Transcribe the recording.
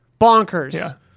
bonkers